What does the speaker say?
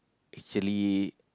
actually